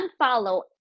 unfollow